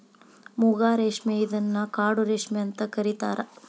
ಮೂಗಾ ರೇಶ್ಮೆ ಇದನ್ನ ಕಾಡು ರೇಶ್ಮೆ ಅಂತ ಕರಿತಾರಾ